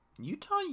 utah